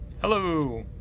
hello